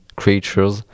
creatures